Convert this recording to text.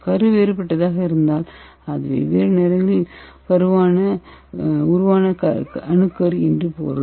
கரு வேறுபட்டதாக இருந்தால் அது வெவ்வேறு நேரங்களில் உருவான அணுக்கரு என்று பொருள்